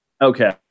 Okay